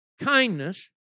kindness